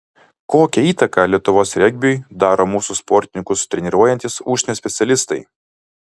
kokią įtaką lietuvos regbiui daro mūsų sportininkus treniruojantys užsienio specialistai